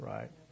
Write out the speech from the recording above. Right